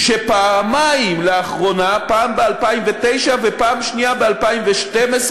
שפעמיים לאחרונה, פעם ב-2009, ופעם שנייה ב-2012,